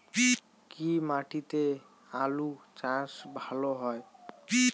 কি মাটিতে আলু চাষ ভালো হয়?